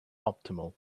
optimal